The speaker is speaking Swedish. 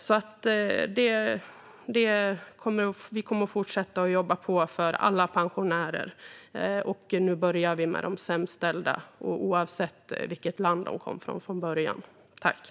Vi kommer att fortsätta att jobba på för alla pensionärer. Nu börjar vi med de sämst ställda, oavsett vilket land de från början kommer ifrån.